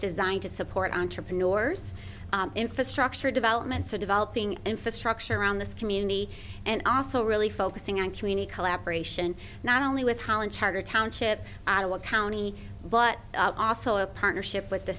designed to support entrepreneurs infrastructure development so developing infrastructure around this community and also really focusing on community collaboration not only with talent charter township ottawa county but also a partnership with the